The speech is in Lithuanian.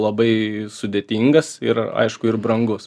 labai sudėtingas ir aišku ir brangus